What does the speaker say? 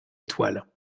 étoile